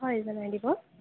হয় জনাই দিব